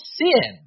sin